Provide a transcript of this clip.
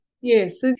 Yes